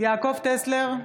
יעקב טסלר,